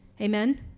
Amen